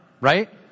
right